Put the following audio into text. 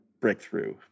breakthrough